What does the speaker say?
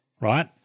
right